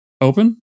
open